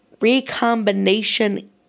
recombination